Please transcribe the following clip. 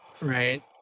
Right